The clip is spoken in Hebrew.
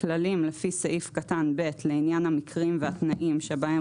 כללים לפי סעיף קטן (ב) לעניין המקרים והתנאים שבהם